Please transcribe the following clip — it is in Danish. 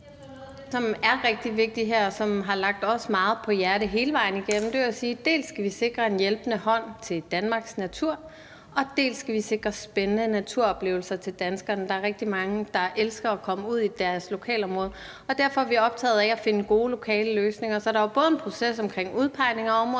Det er sådan noget, som er rigtig vigtigt her, og som har ligget os meget på sinde hele vejen igennem, nemlig at sige, at dels skal vi sikre en hjælpende hånd til Danmarks natur, dels skal vi sikre spændende naturoplevelser til danskerne. Der er rigtig mange, der elsker at komme ud i deres lokalområde, og derfor er vi optaget af at finde gode lokale løsninger. Så der er både en proces omkring udpegning af områder,